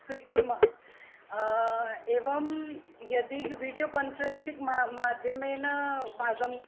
स्वीकुर्मः एवं यदि वीडियो कान्फ़रेन्सिक् माध्यं माध्यमेन भागं